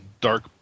dark